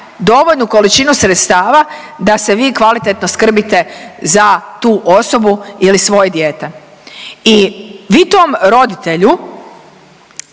dovoljnu količinu sredstava da se vi kvalitetno skrbite za tu osobu ili svoje dijete. I vi tom roditelju